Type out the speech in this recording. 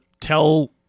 tell